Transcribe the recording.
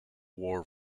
war